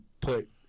put